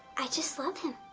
i just love him.